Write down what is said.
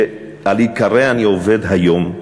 שעל עיקריה אני עובד היום,